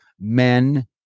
men